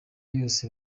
yose